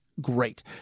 great